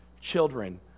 children